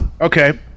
Okay